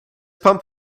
pump